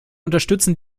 unterstützen